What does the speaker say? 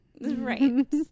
Right